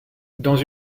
dans